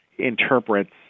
interprets